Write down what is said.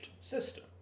system